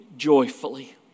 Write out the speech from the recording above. joyfully